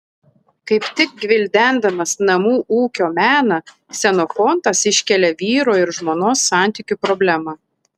kaip tik gvildendamas namų ūkio meną ksenofontas iškelia vyro ir žmonos santykių problemą